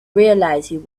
realized